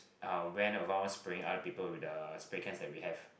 um went around spraying other people with the spray cans that we have